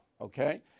okay